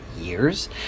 years